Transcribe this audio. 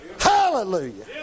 Hallelujah